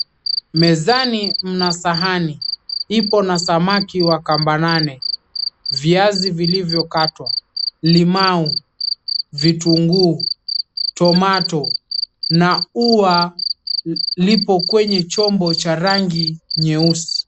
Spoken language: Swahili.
Mezani kuna samaki, ipo na samaki wa kamba nane, viazi vilivyokatwa, limau, vitunguu, tomato na ua lipo kwenye chombo cha rangi nyeusi.